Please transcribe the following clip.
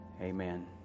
Amen